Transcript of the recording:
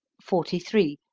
forty three.